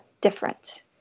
different